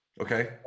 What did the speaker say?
Okay